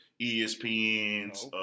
ESPNs